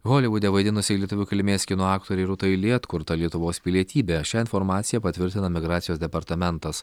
holivude vaidinusiai lietuvių kilmės kino aktorei rūtai li atkurta lietuvos pilietybė šią informaciją patvirtina migracijos departamentas